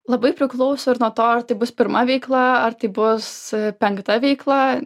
labai priklauso ir nuo to ar tai bus pirma veikla ar tai bus penkta veikla